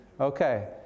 Okay